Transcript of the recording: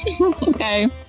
Okay